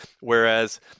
whereas